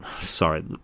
sorry